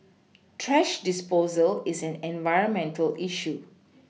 thrash disposal is an environmental issue